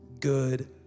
good